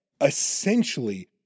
essentially